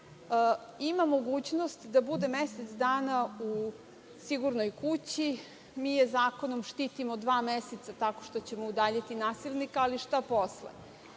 ima mogućnost da bude mesec dana u Sigurnoj kući, mi je zakonom štitimo dva meseca tako što ćemo udaljiti nasilnika, ali šta posle?